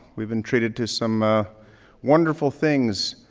we've been treated to some ah wonderful things,